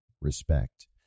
respect